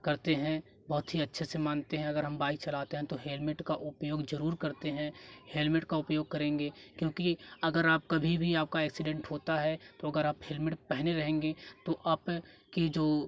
करते हैं बहुत ही अच्छे से मानते हैं अगर हम बाइक चलते हैं तो हेलमेट का उपयोग ज़रूर करते हैं हेलमेट का उपयोग करेंगे क्योंकि अगर आप कभी भी आपका एक्सीडेंट होता है तो अगर आप हेलमेट पहने रहेंगे तो आपकी जो